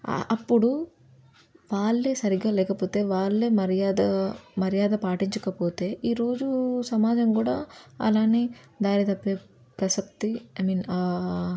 అప్పుడు వాళ్ళే సరిగ్గా లేకపోతే వాళ్ళే మర్యాద మర్యాద పాటించకపోతే ఈరోజూ సమాజం కూడా అలానే దారితప్పే ప్రసక్తి ఐ మీన్